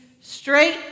straight